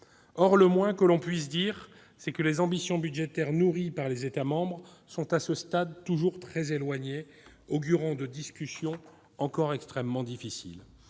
Or le moins que l'on puisse dire, c'est que les ambitions budgétaires nourries par les États membres sont à ce stade toujours très éloignées les unes des autres, ce qui augure de discussions encore extrêmement difficiles.